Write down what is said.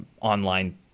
online